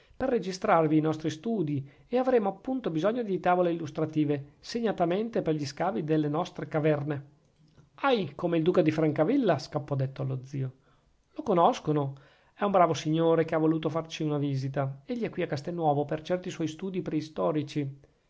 per registrarvi i nostri studi e avremo appunto bisogno di tavole illustrative segnatamente per gli scavi delle nostre caverne ahi come il duca di francavilla scappò detto allo zio lo conoscono è un bravo signore che ha voluto farci una visita egli è qui a castelnuovo per certi suoi studi preistorici